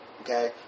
okay